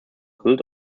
built